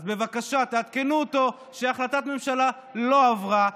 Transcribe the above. אז בבקשה תעדכנו אותו שהחלטת ממשלה לא עברה,